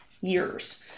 years